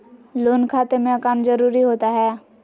Loan खाते में account जरूरी होता है?